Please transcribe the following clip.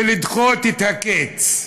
ולדחות את הקץ.